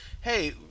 hey